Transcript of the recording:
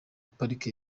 pariki